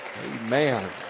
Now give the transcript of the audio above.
Amen